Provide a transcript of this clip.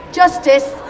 justice